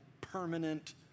permanent